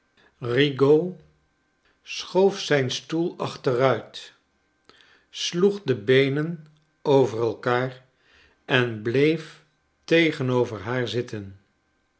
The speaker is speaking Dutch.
rigaud schoof zijn stoel achteruit sloeg de beenen over elkaar en bleef tegenover haar zitten